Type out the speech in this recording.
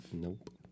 Nope